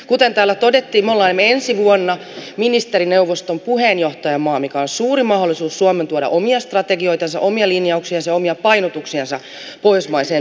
kuten täällä todettiin me olemme ensi vuonna ministerineuvoston puheenjohtajamaa mikä on suuri mahdollisuus suomelle tuoda omia strategioitansa omia linjauksiansa ja omia painotuksiansa pohjoismaiseen yhteistyöhön